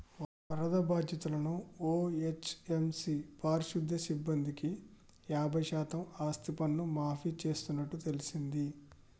వరద బాధితులను ఓ.హెచ్.ఎం.సి పారిశుద్య సిబ్బందికి యాబై శాతం ఆస్తిపన్ను మాఫీ చేస్తున్నట్టు తెల్సింది